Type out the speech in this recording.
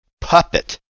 puppet